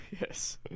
Yes